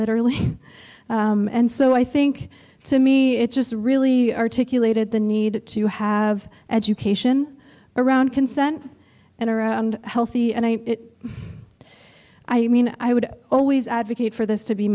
literally and so i think to me it just really articulated the need to have education around consent and are a healthy and i mean i would always advocate for this to be